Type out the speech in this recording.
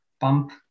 bump